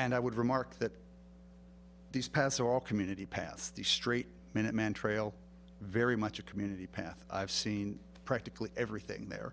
and i would remark that these pass all community pass the straight minutemen trail very much a community path i've seen practically everything there